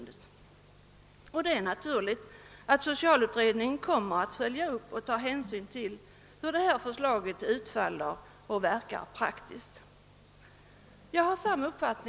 Det är naturligt att socialutredningen kommer att följa upp och ta hänsyn till hur förslaget kommer att utfalla i praktiken när det slutliga förslaget framlägges.